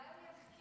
כבר החליט לנאום,